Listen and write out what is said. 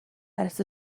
ers